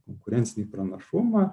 konkurencinį pranašumą